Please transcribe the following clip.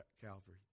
Calvary